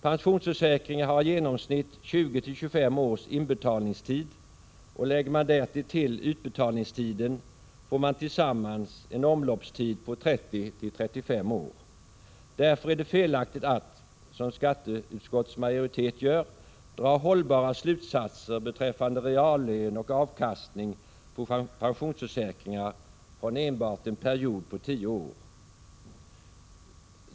Pensionsförsäkringar har i genomsnitt 20—25 års inbetalningstid, och lägger man därtill utbetalningstiden får man tillsammans en omloppstid på 30-35 år. Därför är det felaktigt att, som skatteutskottets majoritet gör, dra slutsatser beträffande reallön och avkastning på pensionsförsäkringar från enbart en period på 10 år.